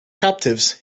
captives